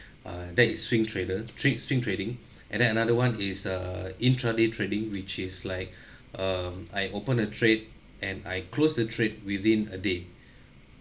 uh that is swing trader swing swing trading and then another one is err intraday trading which is like um I open a trade and I close the trade within a day